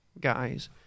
guys